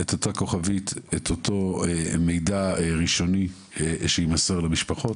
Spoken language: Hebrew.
את אותו מידע ראשוני שיימסר למשפחות,